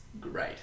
great